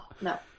no